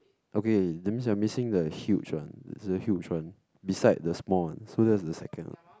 okay that means you're missing the huge one there's a huge one beside the small one so that's the second one